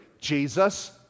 Jesus